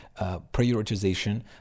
prioritization